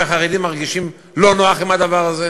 שהחרדים מרגישים לא נוח עם הדבר הזה